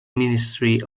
ministry